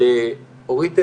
לאורית ארז,